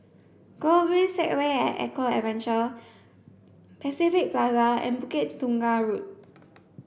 Gogreen Segway at Eco Adventure Pacific Plaza and Bukit Tunggal Road